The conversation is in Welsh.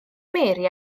mary